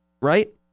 right